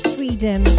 Freedom